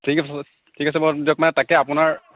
ঠিক আছে ঠিক আছে বাৰু দিয়ক তাকে আপোনাৰ